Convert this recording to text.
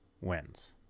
wins